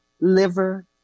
liver